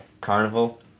Carnival